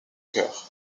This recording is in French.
chœur